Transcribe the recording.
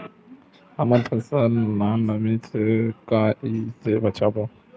हमर फसल ल नमी से क ई से बचाबो?